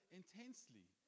intensely